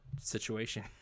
situation